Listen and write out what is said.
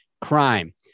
crime